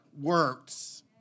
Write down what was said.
works